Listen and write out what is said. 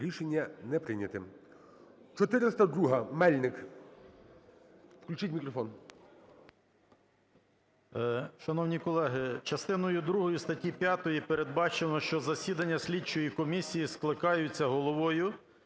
Рішення не прийнято.